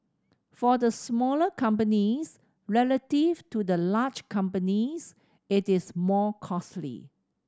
for the smaller companies relative to the large companies it is more costly